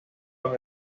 los